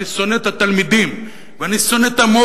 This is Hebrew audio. כי אני שונא את התלמידים, ואני שונא את המורים.